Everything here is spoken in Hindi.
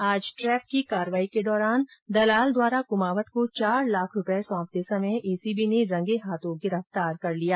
आज ट्रेप की कार्रवाई के दौरान दलाल द्वारा कृमावत को चार लाख रूपये सौंपते समय ऐसीबी ने रंगे हाथों गिरफ्तार कर लिया